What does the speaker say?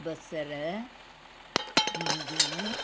बसर भिंडियूं